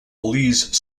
belize